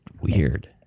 weird